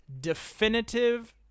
definitive